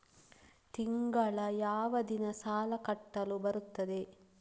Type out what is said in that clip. ತಿಂಗಳ ಯಾವ ದಿನ ಸಾಲ ಕಟ್ಟಲು ಬರುತ್ತದೆ?